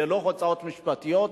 ללא הוצאות משפטיות,